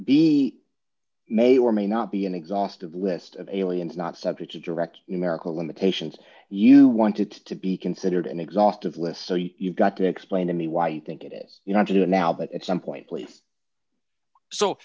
be may or may not be an exhaustive list of aliens not subject to direct numerical limitations you want it to be considered an exhaustive list so you've got to explain to me why you think it is you not to now but at some point